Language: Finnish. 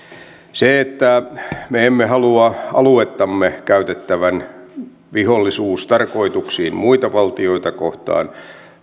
se että me emme halua aluettamme käytettävän vihollisuustarkoituksiin muita valtioita kohtaan